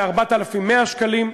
ל-4,100 שקלים,